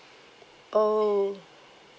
oh